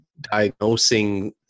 diagnosing